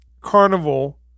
carnival